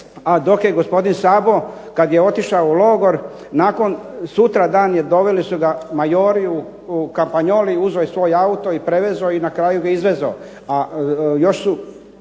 a dok je gospodin Sabo kad je otišao u logor nakon sutra dan doveli su ga majori u … uzeo je svoj auto i prevezao i na kraju ga izvezao.